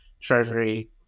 Treasury